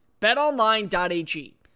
BetOnline.ag